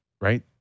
right